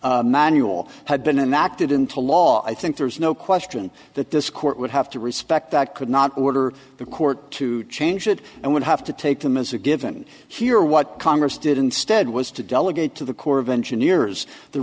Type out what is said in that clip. corps manual had been enact it into law i think there's no question that this court would have to respect that could not order the court to change that and would have to take them as a given here what congress did ed was to delegate to the corps of engineers the